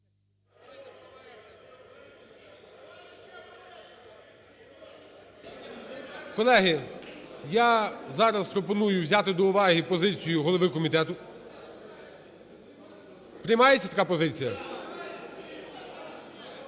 Колеги, я зараз пропоную взяти до уваги позицію голови комітету. Приймається така позиція?